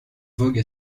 vogue